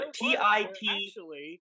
T-I-T